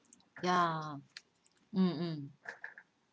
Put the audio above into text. yeah mm